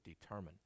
determine